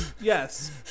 yes